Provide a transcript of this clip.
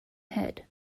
head